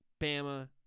Bama